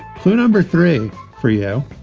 clue number three for you.